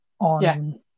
on